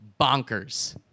Bonkers